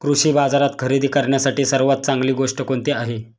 कृषी बाजारात खरेदी करण्यासाठी सर्वात चांगली गोष्ट कोणती आहे?